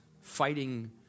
fighting